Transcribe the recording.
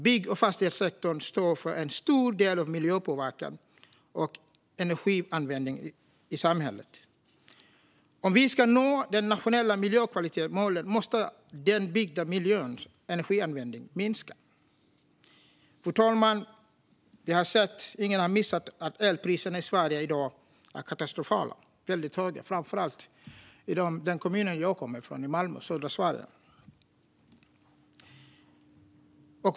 Bygg och fastighetssektorn står för en stor del av miljöpåverkan och energianvändningen i samhället. Om vi ska nå de nationella miljökvalitetsmålen måste den byggda miljöns energianvändning minska. Fru talman! Ingen har missat att elpriserna i Sverige i dag är katastrofalt höga, framför allt i den kommun jag kommer från, Malmö i södra Sverige.